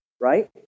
right